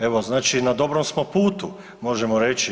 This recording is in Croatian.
Evo znači na dobrom smo putu možemo reći.